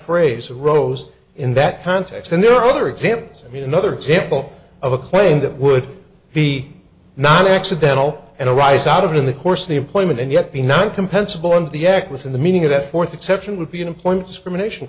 phrase arose in that context and there are other examples i mean another example of a claim that would be not accidental and arise out of it in the course of the employment and yet be not compensable and the act within the meaning of that fourth exception would be an employment discrimination